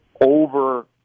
over-